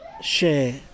share